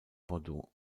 bordeaux